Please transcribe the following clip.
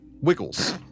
wiggles